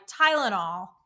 Tylenol